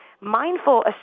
mindful